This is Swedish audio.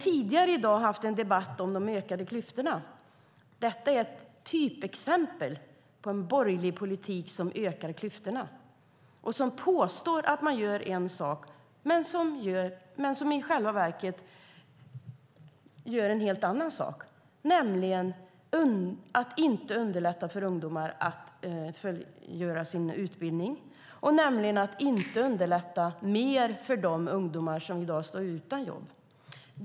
Tidigare i dag har vi debatterat de ökade klyftorna. Detta är ett typexempel på en borgerlig politik som ökar klyftorna. Man påstår att man gör en sak men gör i själva verket något helt annat: Man underlättar inte för ungdomar att fullgöra sin utbildning, och man underlättar inte mer för de ungdomar som i dag står utan jobb.